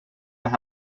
las